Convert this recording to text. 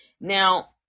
Now